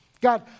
God